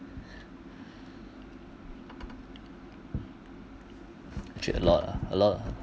actually a lot ah a lot